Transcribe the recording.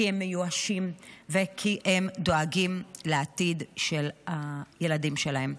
כי הם מיואשים וכי הם דואגים לעתיד של הילדים שלהם.